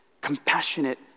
compassionate